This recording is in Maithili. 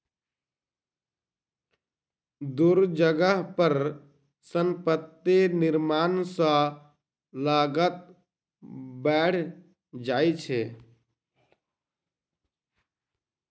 दूर जगह पर संपत्ति निर्माण सॅ लागत बैढ़ जाइ छै